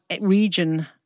region